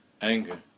anger